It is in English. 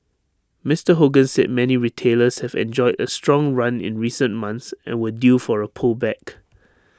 Mister Hogan said many retailers have enjoyed A strong run in recent months and were due for A pullback